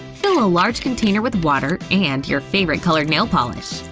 fill a large container with water and your favorite color nail polish.